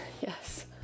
yes